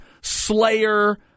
Slayer